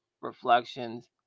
reflections